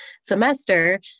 semester